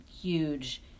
huge